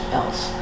else